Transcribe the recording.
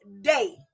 day